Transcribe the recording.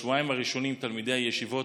בשבועיים הראשונים תלמידי הישיבות